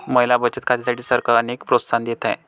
महिला बचत खात्यांसाठी सरकार अनेक प्रोत्साहन देत आहे